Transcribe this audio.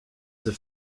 ces